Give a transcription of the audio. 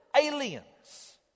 aliens